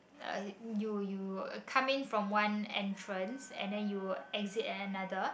uh you you come in from one entrance and then you'll exit at another